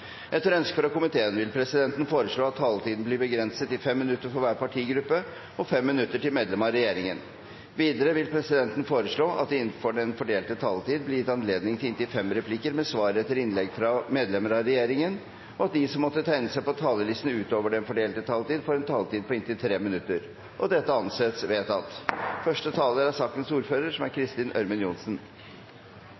Etter ønske fra kommunal- og forvaltningskomiteen vil presidenten foreslå at taletiden blir begrenset til 5 minutter til hver partigruppe og 5 minutter til medlemmer av regjeringen. Videre vil presidenten foreslå at det – innenfor den fordelte taletid – blir gitt anledning til replikkordskifte på inntil fem replikker med svar etter innlegg fra medlemmer av regjeringen, og at de som måtte tegne seg på talerlisten utover den fordelte taletid, får en taletid på inntil 3 minutter. – Det anses vedtatt. Vi har en forpliktelse til å gi beskyttelse til mennesker som